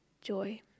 Joy